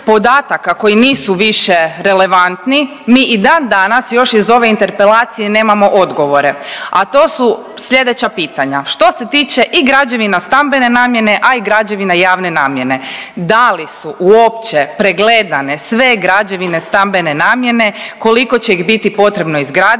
koji nisu više relevantni, mi i dan danas još iz ove interpelacije nemamo odgovore, a to su slijedeća pitanja što se tiče i građevina stambene namjene, a i građevina javne namjene. Da li su uopće pregledane sve građevine stambene namjene, koliko će ih biti potrebno izgraditi,